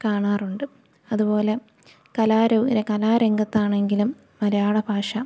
കാണാറുണ്ട് അതുപോലെ കലാരംഗത്താണെങ്കിലും മലയാള ഭാഷ